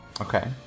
Okay